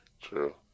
True